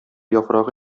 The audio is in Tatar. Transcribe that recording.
яфрагы